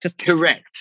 Correct